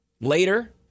later